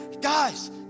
Guys